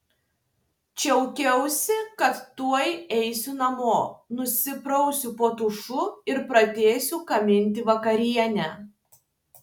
džiaugiausi kad tuoj eisiu namo nusiprausiu po dušu ir pradėsiu gaminti vakarienę